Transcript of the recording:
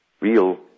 real